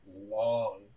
long